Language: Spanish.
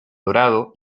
dorado